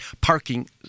parking